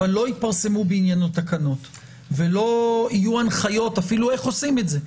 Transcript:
אבל לא יתפרסמו בעניינו תקנות ולא יהיו הנחיות אפילו איך עושים את זה,